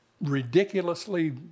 ridiculously